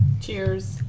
Cheers